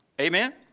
Amen